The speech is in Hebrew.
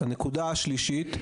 הנקודה השלישית,